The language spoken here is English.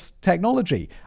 technology